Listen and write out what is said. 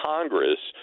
Congress